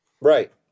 Right